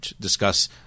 discuss